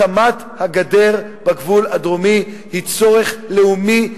הקמת הגדר בגבול הדרומי היא צורך לאומי,